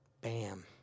bam